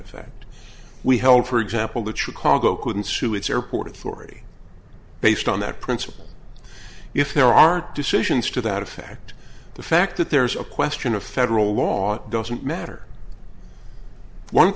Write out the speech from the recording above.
effect we held for example that you call go couldn't sue it's airport authority based on that principle if there aren't decisions to that effect the fact that there's a question of federal law doesn't matter one